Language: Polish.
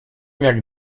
jak